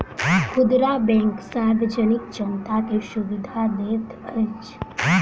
खुदरा बैंक सार्वजनिक जनता के सुविधा दैत अछि